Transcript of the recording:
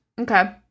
Okay